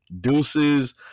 Deuces